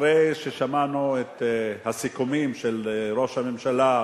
אחרי ששמענו את הסיכומים של ראש הממשלה,